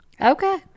Okay